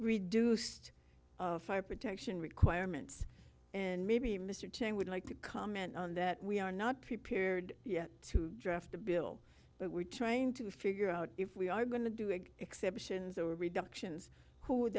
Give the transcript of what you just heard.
reduced fire protection requirements and maybe mr chang would like to comment on that we are not prepared yet to draft a bill but we're trying to figure out if we are going to do it exceptions or reductions who would